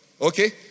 Okay